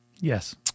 Yes